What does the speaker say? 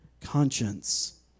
conscience